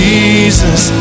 Jesus